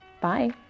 bye